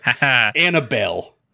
Annabelle